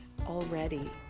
already